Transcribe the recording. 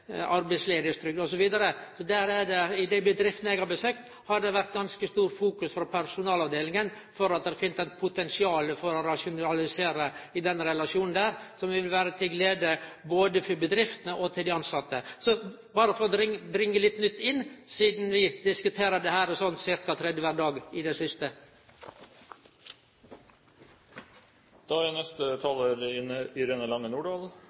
dei bedriftene eg har besøkt, har det vore ganske stor fokusering frå personalavdelinga på at det finst eit potensial for å rasjonalisere i den relasjonen som vil vere til glede både for bedriftene og for dei tilsette, berre for å bringe litt nytt inn, sidan vi har diskutert dette ca. tredje kvar dag i det siste. Temaet om forenkling for næringslivet har vært tema ved flere anledninger i